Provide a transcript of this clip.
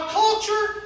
culture